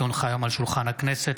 כי הונחה היום על שולחן הכנסת,